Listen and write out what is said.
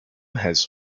has